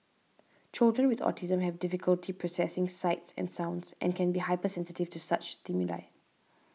children with autism have difficulty processing sights and sounds and can be hypersensitive to such stimuli